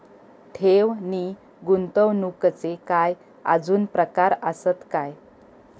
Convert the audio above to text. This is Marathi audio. ठेव नी गुंतवणूकचे काय आजुन प्रकार आसत काय?